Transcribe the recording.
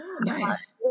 Nice